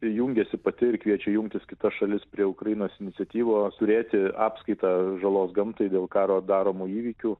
jungiasi pati ir kviečia jungtis kitas šalis prie ukrainos iniciatyvos turėti apskaitą žalos gamtai dėl karo daromų įvykių